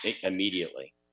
immediately